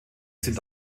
sind